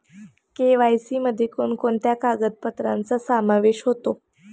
KYC मध्ये कोणकोणत्या कागदपत्रांचा समावेश होतो?